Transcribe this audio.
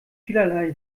vielerlei